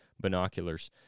binoculars